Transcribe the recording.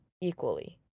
equally